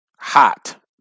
Hot